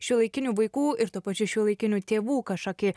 šiuolaikinių vaikų ir tuo pačiu šiuolaikinių tėvų kažkokį